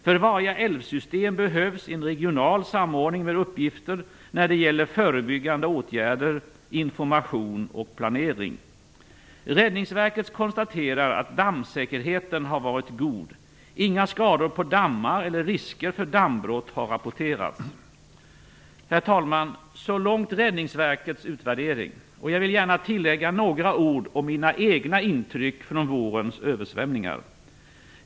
För varje älvsystem behövs en regional samordning med uppgifter, när det gäller förebyggande åtgärder, information och planering. Räddningsverket konstaterar att dammsäkerheten har varit god. Inga skador på dammar eller risker för dammbrott har rapporterats. Herr talman! Så långt Räddningsverkets utvärdering. Jag vill gärna tillägga några ord om mina egna intryck från vårens översvämningar.